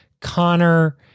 Connor